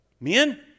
Men